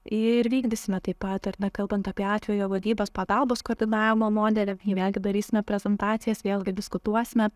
ir vykdysime taip pat ar ne kalbant apie atvejo vadybos pagalbos koordinavimo modelį jį vėl gi darysime prezentacijas vėlgi diskutuosime